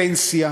פנסיה,